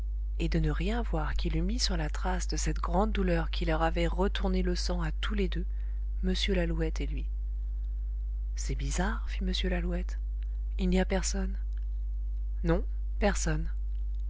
et de ne rien voir qui l'eût mis sur la trace de cette grande douleur qui leur avait retourné les sangs à tous les deux m lalouette et lui c'est bizarre fit m lalouette il n'y a personne non personne